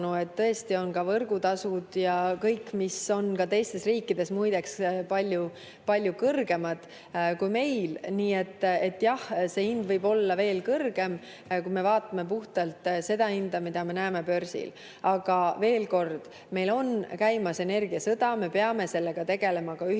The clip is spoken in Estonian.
tõesti on võrgutasud ja muud, mis on ka teistes riikides muide palju kõrgemad kui meil. Nii et jah, see hind võib olla veel kõrgem, kui me vaatame puhtalt seda hinda, mida me näeme börsil. Aga veel kord, meil on käimas energiasõda, me peame sellega Euroopa tasandil